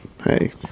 hey